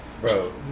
Bro